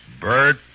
Bert